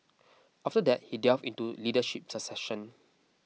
after that he delved into leadership succession